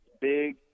big